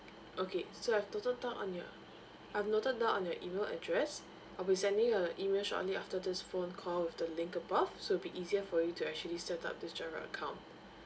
okay so I've noted down on your I've noted down on your email address I'll be sending you a email shortly after this phone call with the link above so it'll be easier for you to actually set up this GIRO account